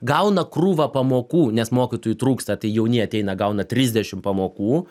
gauna krūvą pamokų nes mokytojų trūksta tai jauni ateina gauna trisdešimt pamokų